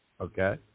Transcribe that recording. Okay